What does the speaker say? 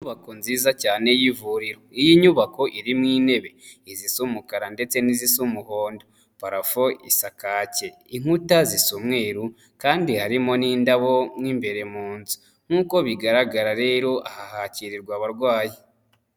Inyubako nziza cyane y'ivuriro iyi nyubako irimo intebe, izisa umukara ndetse n'izisa umuhondo. Parafo isa kake, inkuta zisa umweruru kandi harimo n'indabo nk'imbere munzu. Nk'uko bigaragara rero aha hakirirwa abarwayi.